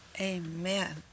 Amen